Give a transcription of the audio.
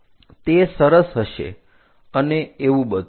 તે સરસ હશે અને એવું બધું